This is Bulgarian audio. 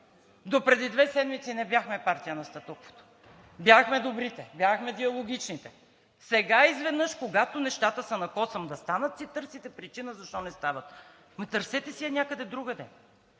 До преди две седмици не бяхме партия на статуквото, бяхме добрите, бяхме диалогичните. Сега изведнъж, когато нещата са на косъм да стават, си търсите причина защо не стават. Ми търсете си я някъде другаде!